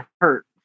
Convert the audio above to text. hurt